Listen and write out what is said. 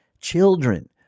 children